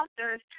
authors